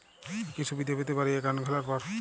কি কি সুবিধে পেতে পারি একাউন্ট খোলার পর?